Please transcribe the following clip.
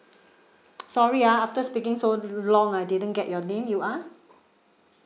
sorry ah after speaking so long I didn't get your name you are